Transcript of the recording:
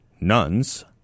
nuns